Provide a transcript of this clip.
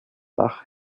dach